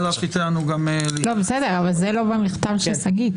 אבל זה לא במכתב של שגית.